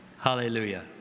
Hallelujah